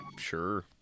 sure